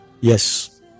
Yes